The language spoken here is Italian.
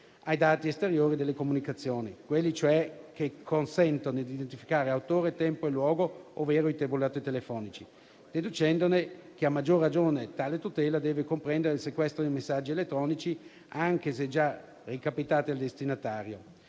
ai dati esteriori delle comunicazioni, quelli cioè che consentono di identificare autore, tempo e luogo, ovvero i tabulati telefonici, deducendone che, a maggior ragione, tale tutela deve comprendere il sequestro dei messaggi elettronici, anche se già recapitati al destinatario.